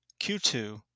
Q2